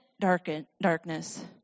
darkness